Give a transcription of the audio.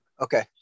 Okay